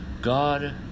God